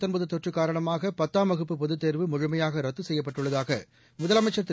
தமிழகத்தில் தொற்றுகாரணமாகபத்தாம் வகுப்பு பொதுத்தேர்வு முழுமையாகரத்துசெய்யப்பட்டுள்ளதாகமுதலமைச்சள் திரு